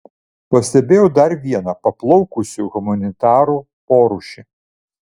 pastebėjau dar vieną paplaukusių humanitarų porūšį